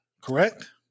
Correct